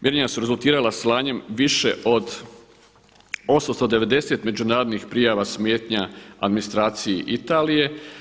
Mjerenja su rezultirala slanjem više od 890 međunarodnih prijava smetnja administraciji Italije.